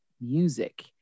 music